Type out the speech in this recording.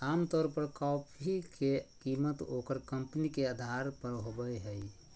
आमतौर पर कॉफी के कीमत ओकर कंपनी के अधार पर होबय हइ